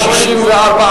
חברי